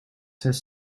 has